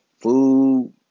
Food